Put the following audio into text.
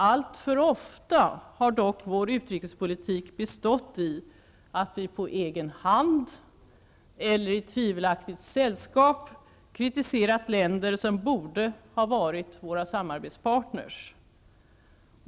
Alltför ofta har dock vår utrikespolitik bestått i att vi på egen hand eller i tvivelaktigt sällskap kritiserat länder som borde ha varit våra samarbetspartner.